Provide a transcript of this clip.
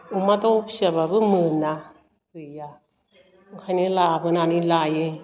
अमा दाउ फियाबाबो मोना गैया ओंखायनो लाबोनानै लायो